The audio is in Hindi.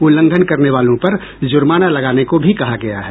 उल्लंघन करने वालों पर जुर्माना लगाने को भी कहा गया है